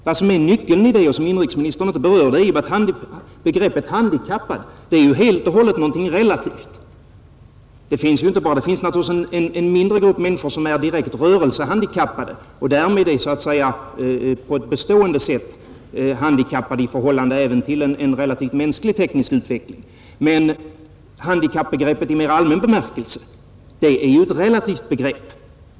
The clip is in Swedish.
Vad som är nyckeln i det men som inrikesministern inte berörde är ju att begreppet handikappad helt och hållet är någonting relativt. Det finns naturligtvis en mindre grupp människor som är direkt rörelsehandikappade och därmed är så att säga på ett bestående sätt handikappade i förhållande även till en relativt mänsklig teknisk utveckling, men handikappsbegreppet i mera allmän bemärkelse är ett relativt begrepp.